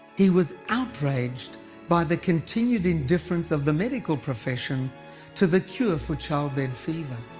he was outraged by the continued indifference of the medical profession to the cure for childbed fever.